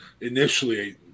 initially